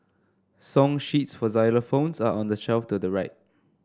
song sheets for xylophones are on the shelf to your right